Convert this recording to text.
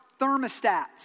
thermostats